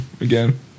again